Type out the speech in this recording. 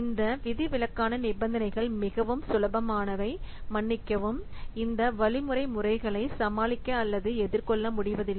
இந்த விதிவிலக்கான நிபந்தனைகள் மிகவும் சுலபமானவை மன்னிக்கவும் இந்த வழிமுறை முறைகளை சமாளிக்க அல்லது எதிர்கொள்ள முடிவதில்லை